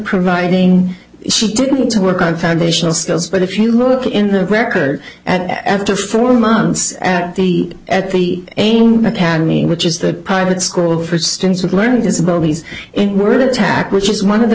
providing she didn't want to work on foundational skills but if you look in their record at after four months at the at the ame academy which is the private school for students with learning disabilities and were attacked which is one of the